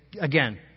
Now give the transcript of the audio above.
again